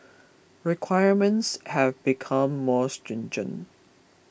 requirements have become more stringent